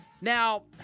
Now